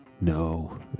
No